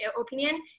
opinion